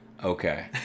okay